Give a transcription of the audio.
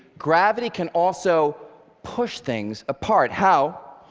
gravity can also push things apart. how?